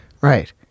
Right